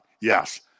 yes